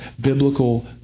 biblical